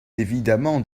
évidemment